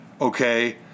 okay